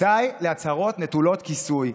די להצהרות נטולות כיסוי.